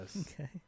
Okay